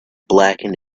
blackened